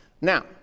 Now